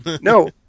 no